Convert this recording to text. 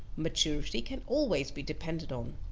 maturity can always be depended on.